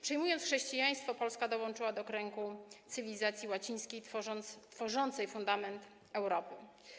Przyjmując chrześcijaństwo, Polska dołączyła do kręgu cywilizacji łacińskiej tworzącej fundament Europy.